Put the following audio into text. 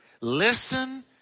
Listen